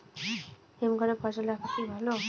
হিমঘরে ফসল রাখা কি ভালো?